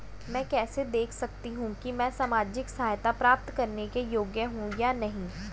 मैं कैसे देख सकती हूँ कि मैं सामाजिक सहायता प्राप्त करने के योग्य हूँ या नहीं?